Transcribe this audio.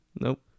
Nope